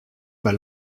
pas